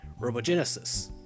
Robogenesis